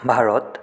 Bharat